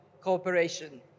cooperation